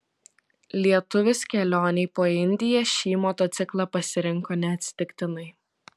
lietuvis kelionei po indiją šį motociklą pasirinko neatsitiktinai